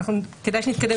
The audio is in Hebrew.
כדאי שנתקדם.